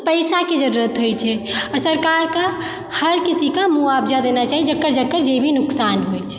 पैसा के जरूरत होइ छै और सरकार के हर किसी के मुआवजा देना छै जेकर जेकर जे भी नुकसान होइ छै